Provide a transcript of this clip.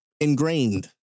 ingrained